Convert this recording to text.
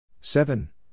seven